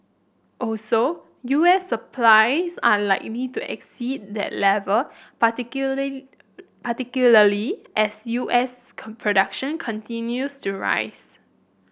also U S supplies are likely to exceed that level particularly as U S production continues to rise